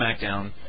SmackDown